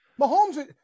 Mahomes